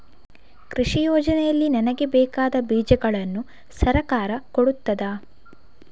ಕೃಷಿ ಯೋಜನೆಯಲ್ಲಿ ನನಗೆ ಬೇಕಾದ ಬೀಜಗಳನ್ನು ಸರಕಾರ ಕೊಡುತ್ತದಾ?